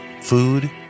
food